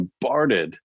bombarded